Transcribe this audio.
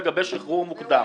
לגבי שחרור מוקדם.